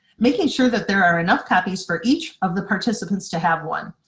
making sure that there are enough copies for each of the participants to have one.